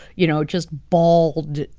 you know, just bald,